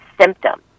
symptom